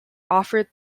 offered